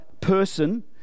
person